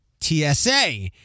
TSA